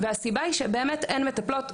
והסיבה היא שבאמת אין מטפלות,